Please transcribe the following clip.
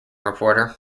reporter